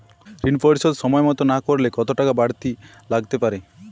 ঋন পরিশোধ সময় মতো না করলে কতো টাকা বারতি লাগতে পারে?